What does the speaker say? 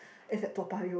is at Toa Payoh